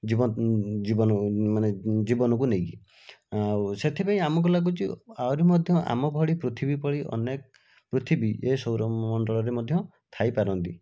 ଜୀବନ୍ତ ଜୀବନମାନେ ଜୀବନକୁ ନେଇକି ଆଉ ସେଥିପାଇଁ ଆମକୁ ଲାଗୁଛି ଆହୁରି ମଧ୍ୟ ଆମ ଭଳି ପୃଥିବୀ ଭଳି ଅନେକ ପୃଥିବୀ ଏ ସୌରମଣ୍ଡଳରେ ମଧ୍ୟ ଥାଇପାରନ୍ତି